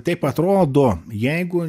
taip atrodo jeigu